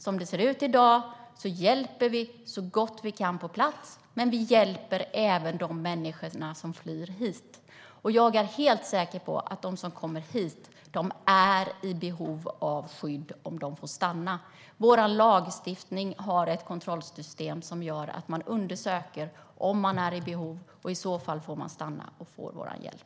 Som det ser ut i dag hjälper vi så gott vi kan på plats, men vi hjälper även de människor som flyr hit. Jag är helt säker på att de som kommer hit är i behov av skydd om de får stanna. Vår lagstiftning har ett kontrollsystem som gör att det undersöks huruvida man är i behov av skydd, och om det är fallet får man stanna och få vår hjälp.